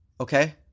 Okay